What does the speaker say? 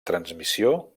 transmissió